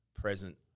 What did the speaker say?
present